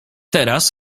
teraz